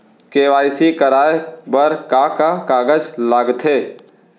KYC कराये बर का का कागज लागथे?